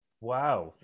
Wow